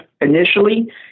initially